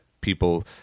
people